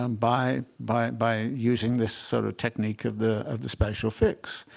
um by by by using this sort of technique of the of the spatial fix.